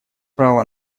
право